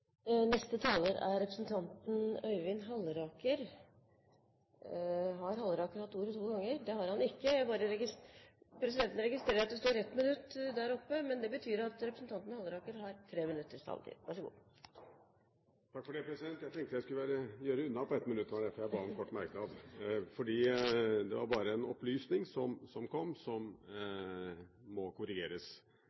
Neste taler er representanten Øyvind Halleraker. Presidenten registrerer at det står 1 minutts taletid på skjermen, men Halleraker har ikke hatt ordet to ganger og får dermed en taletid på inntil 3 minutter. Takk for det, president. Jeg tenkte jeg skulle gjøre det unna på 1 minutt, det var derfor jeg ba om ordet til en kort merknad. Det var bare en opplysning som kom fra saksordføreren som må korrigeres, og det er at det var Stoltenberg I-regjeringen som